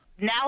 Now